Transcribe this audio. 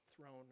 throne